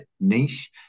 niche